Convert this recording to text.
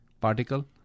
particle